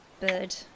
bird